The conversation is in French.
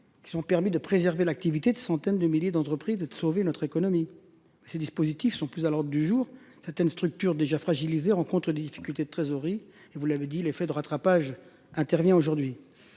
qui ont permis de préserver l'activité de centaines de milliers d'entreprises et de sauver notre économie. Ces dispositifs sont plus à l'ordre du jour. Certaines structures déjà fragilisées rencontrent des difficultés de trésorerie, et vous l'avez dit, l'effet de rattrapage intervient aujourd'hui.